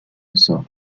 ressort